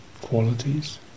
qualities